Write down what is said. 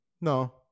No